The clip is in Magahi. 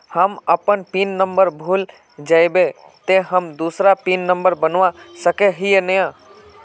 हम अपन पिन नंबर भूल जयबे ते हम दूसरा पिन नंबर बना सके है नय?